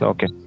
Okay